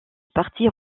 partir